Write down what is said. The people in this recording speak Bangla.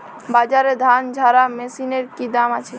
বাজারে ধান ঝারা মেশিনের কি দাম আছে?